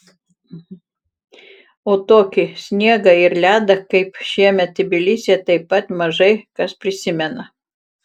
o tokį sniegą ir ledą kaip šiemet tbilisyje taip pat mažai kas prisimena